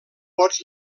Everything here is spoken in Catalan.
pots